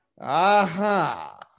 Aha